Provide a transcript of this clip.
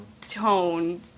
tone